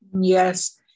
yes